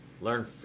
learn